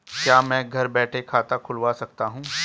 क्या मैं घर बैठे खाता खुलवा सकता हूँ?